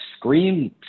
Scream